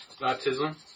Baptism